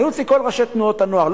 היו אצלי כל ראשי תנועות הנוער.